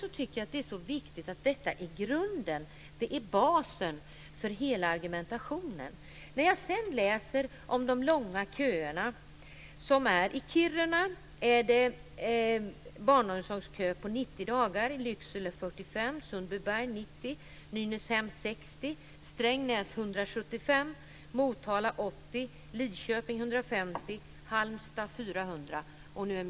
Jag tycker att detta är så viktigt att det är basen för hela argumentationen. Jag läser vidare om de långa köerna i barnomsorgen. Man har en barnomsorgskö i Kiruna om 90 dagar, och den är i Lycksele 45, Sundbyberg 90, Nynäshamn 60, Strängnäs 175, Motala 80, Lidköping 150 och Halmstad 400 dagar.